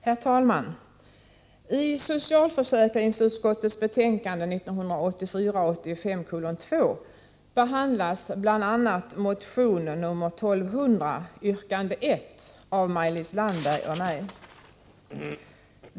Herr talman! I socialförsäkringsutskottets betänkande 1984/85:2 behandlas bl.a. motion 1200, yrkande 1, av Maj-Lis Landberg och mig.